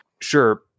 sure